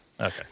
Okay